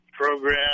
program